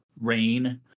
rain